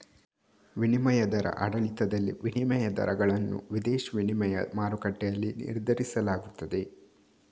ವಿನಿಮಯ ದರದ ಆಡಳಿತದಲ್ಲಿ, ವಿನಿಮಯ ದರಗಳನ್ನು ವಿದೇಶಿ ವಿನಿಮಯ ಮಾರುಕಟ್ಟೆಯಲ್ಲಿ ನಿರ್ಧರಿಸಲಾಗುತ್ತದೆ